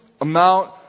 amount